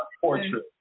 Portrait